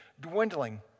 dwindling